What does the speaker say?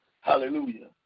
Hallelujah